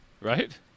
Right